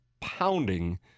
pounding